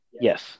yes